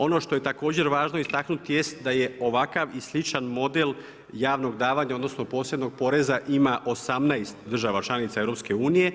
Ono što je također važno istaknuti jest da je ovakav i sličan model javnog davanja odnosno posebnog poreza ima 18 država članica EU.